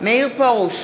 מאיר פרוש,